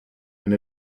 and